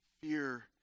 Fear